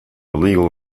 legal